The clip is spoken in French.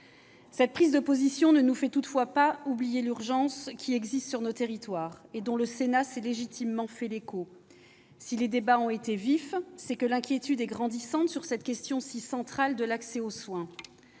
Cette prise de position ne nous fait toutefois pas oublier l'urgence qui existe sur nos territoires et dont le Sénat s'est légitimement fait l'écho. Si les débats ont été vifs, c'est que l'inquiétude est grandissante sur cette question si centrale de l'accès aux soins.